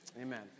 Amen